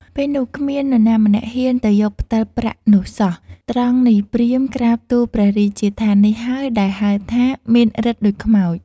ពេលនោះ គ្មាននរណាម្នាក់ហ៊ានទៅយកផ្ដិលប្រាក់នោះសោះ ត្រង់នេះ ព្រាហ្មណ៍ ក្រាបទូលព្រះរាជាថា នេះហើយដែលហៅថា មានឫទ្ធិដូចខ្មោច។